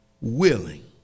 willing